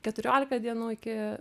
keturiolika dienų iki